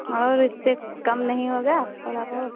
और इससे कम नहीं होगा थोड़ा बहुत